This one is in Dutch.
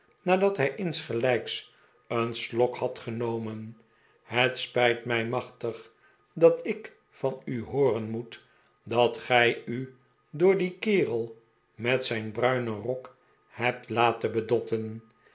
nadat hij insgelijks een slok had genomen het spijt mij machtig dat ik van u hooren moet dat gij u door dien kerel met zijn bruinen rok hebt laten bedotten